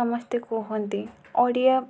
ସମସ୍ତେ କୁହନ୍ତି ଓଡ଼ିଆ